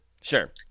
sure